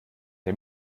der